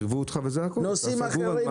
ערבו אותך בזה ואתה סגור --- תמשיך לנושאים אחרים,